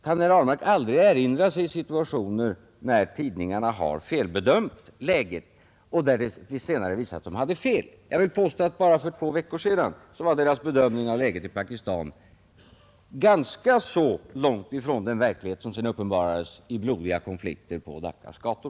kan herr Ahlmark inte erinra sig några situationer där tidningarna har felbedömt läget, och där det senare har visat sig att de har fel? Jag vill påstå att deras bedömning av läget i Pakistan bara för två veckor sedan var ganska långt ifrån den verklighet som sedan uppenbarades i blodiga konflikter på Daccas gator.